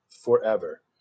forever